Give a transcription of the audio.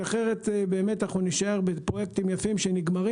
כי אחרת באמת אנחנו נישאר בפרויקטים יפים שנגמרים